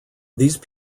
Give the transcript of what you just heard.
these